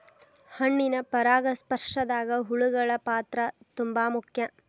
ಹಣ್ಣಿನ ಪರಾಗಸ್ಪರ್ಶದಾಗ ಹುಳಗಳ ಪಾತ್ರ ತುಂಬಾ ಮುಖ್ಯ